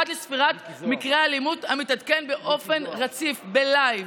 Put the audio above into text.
ספירת מקרי האלימות המתעדכן באופן רציף בלייב,